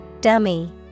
Dummy